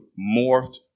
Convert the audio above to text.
morphed